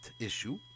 issue